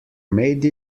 made